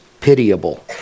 pitiable